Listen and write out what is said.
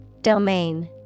domain